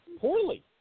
poorly